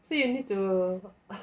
so you need to